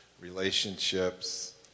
relationships